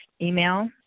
email